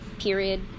period